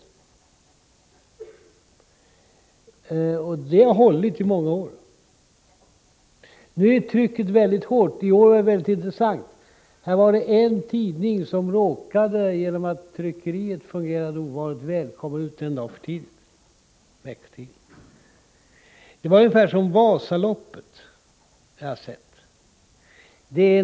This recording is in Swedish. Detta system har hållit i många år, trots att trycket är synnerligen hårt. I år hände det mycket intressanta att en veckotidning, genom att tryckeriet fungerade ovanligt väl, råkade komma ut en dag för tidigt. Det var ungefär som de starter i Vasaloppet som jag har sett.